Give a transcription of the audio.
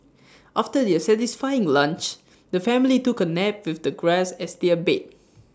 after their satisfying lunch the family took A nap with the grass as their bed